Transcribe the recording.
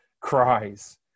cries